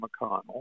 McConnell